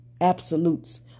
absolutes